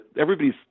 everybody's